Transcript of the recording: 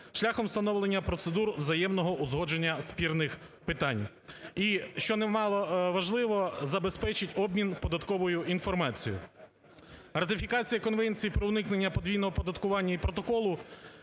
шляхом встановлення процедур взаємного узгодження спірних питань. І, що не мало важливо, забезпечити обмін податковою інформацією. Ратифікація Конвенції про уникнення подвійного оподаткування і Протоколу